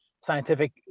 scientific